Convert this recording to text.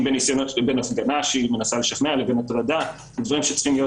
לא שוויונית בין אזרחים פרטיים ובין אזרחים פרטיים